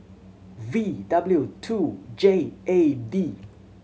V W two J A D